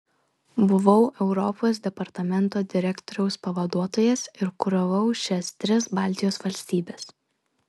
buvau europos departamento direktoriaus pavaduotojas ir kuravau šias tris baltijos valstybes